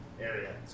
area